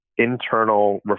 Internal